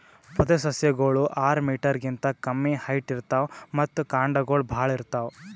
ಪೊದೆಸಸ್ಯಗೋಳು ಆರ್ ಮೀಟರ್ ಗಿಂತಾ ಕಮ್ಮಿ ಹೈಟ್ ಇರ್ತವ್ ಮತ್ತ್ ಕಾಂಡಗೊಳ್ ಭಾಳ್ ಇರ್ತವ್